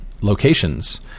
locations